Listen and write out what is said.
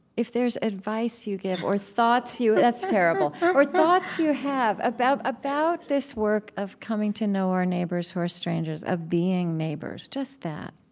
if there's advice you give or thoughts you that's terrible or thoughts you have about about this work of coming to know our neighbors who are strangers, of being neighbors, just that